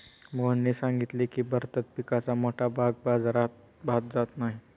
मोहनने सांगितले की, भारतात पिकाचा मोठा भाग बाजारात जात नाही